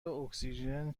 اکسیژن